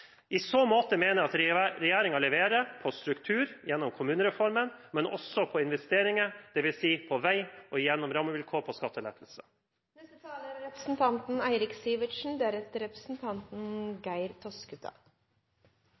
I så måte mener jeg at regjeringen leverer på struktur – gjennom kommunereformen – men også på investering, dvs. på vei og gjennom rammevilkår på skattelettelser. Representanten Eirik Sivertsen